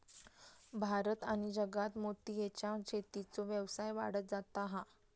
भारत आणि जगात मोतीयेच्या शेतीचो व्यवसाय वाढत जाता हा